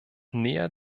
näher